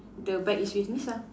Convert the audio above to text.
the bag is with Nisa